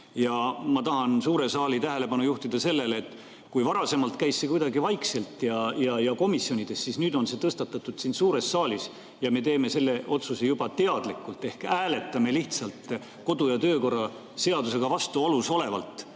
tahan suure saali tähelepanu juhtida sellele, et kui varasemalt käis see kuidagi vaikselt ja komisjonides, siis nüüd on see tõusetunud siin suures saalis ja me teeme selle otsuse juba teadlikult. Me hääletame teadlikult kodu- ja töökorra seadusega vastuolus olevalt